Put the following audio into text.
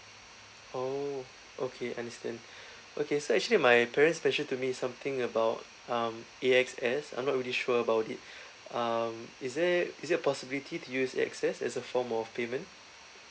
oh okay understand okay so actually my parents mentioned to me something about um A_S_X I'm not really sure about it um is there is there a possibility to use A_S_X as a form of payment